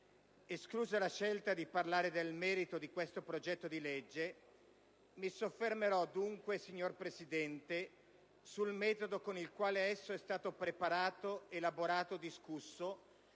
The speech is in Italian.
Esclusa la scelta di parlare del merito di questo progetto di legge, mi soffermerò, dunque, signora Presidente, sul metodo con il quale esso è stato preparato, elaborato, discusso